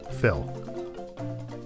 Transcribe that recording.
Phil